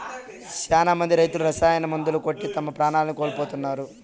శ్యానా మంది రైతులు రసాయన మందులు కొట్టి తమ ప్రాణాల్ని కోల్పోతున్నారు